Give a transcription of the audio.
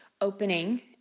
opening